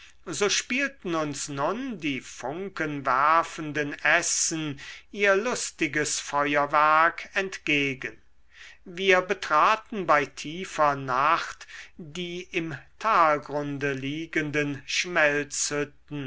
so spielten uns nun die funkenwerfenden essen ihr lustiges feuerwerk entgegen wir betraten bei tiefer nacht die im talgrunde liegenden